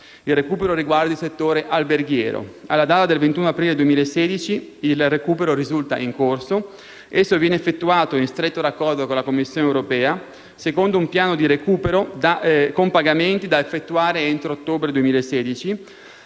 Il recupero riguarda il settore alberghiero e, alla data del 21 aprile 2016, risulta in corso. Esso viene effettuato, in stretto raccordo con la Commissione europea, secondo un piano di recupero con pagamenti da effettuare entro ottobre 2016.